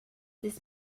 this